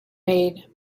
made